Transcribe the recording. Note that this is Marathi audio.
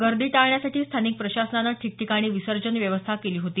गर्दी टाळण्यासाठी स्थानिक प्रशासनानं ठिकठिकाणी विसर्जन व्यवस्था केली होती